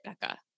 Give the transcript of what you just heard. becca